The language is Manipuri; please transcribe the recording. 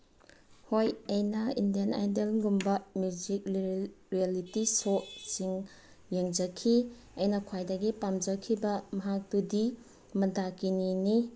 ꯍꯣꯏ ꯑꯩꯅ ꯏꯟꯗꯤꯌꯥꯟ ꯑꯥꯏꯗꯣꯜꯒꯨꯝꯕ ꯃ꯭ꯌꯨꯖꯤꯛ ꯔꯤꯌꯦꯂꯤꯇꯤ ꯁꯣꯁꯤꯡ ꯌꯦꯡꯖꯈꯤ ꯑꯩꯅ ꯈ꯭ꯋꯥꯏꯗꯒꯤ ꯄꯥꯝꯖꯈꯤꯕ ꯃꯍꯥꯛꯇꯨꯗꯤ ꯃꯟꯗꯥꯀꯤꯅꯤꯅꯤ